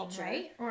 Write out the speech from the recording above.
right